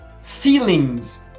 feelings